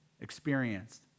experienced